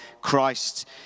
Christ